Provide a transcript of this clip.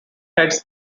heads